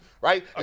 right